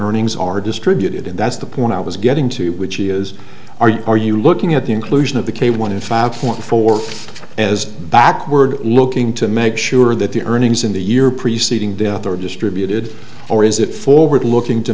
earnings are distributed and that's the point i was getting to which is are you are you looking at the inclusion of the k one in five point four as backward looking to make sure that the earnings in the year preceding death are distributed or is it forward looking to